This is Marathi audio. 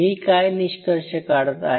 मी काय निष्कर्ष काढत आहे